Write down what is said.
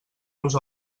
nos